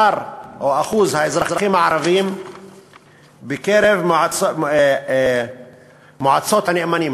אחוז האזרחים הערבים בקרב מועצות הנאמנים,